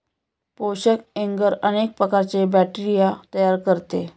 पोषक एग्गर अनेक प्रकारचे बॅक्टेरिया तयार करते